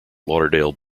lauderdale